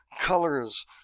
colors